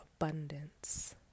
abundance